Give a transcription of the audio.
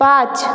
পাঁচ